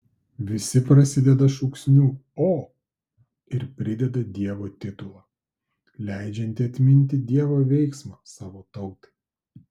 visi prasideda šūksniu o ir prideda dievo titulą leidžiantį atminti dievo veiksmą savo tautai